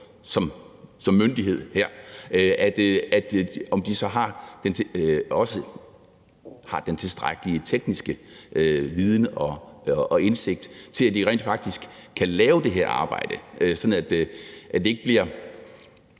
som myndighed her, også har den tilstrækkelige tekniske viden og indsigt til, at de rent faktisk kan lave det her arbejde, så det ikke kommer